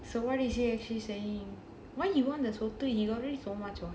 so what is he actually saying why he want the he already got so much of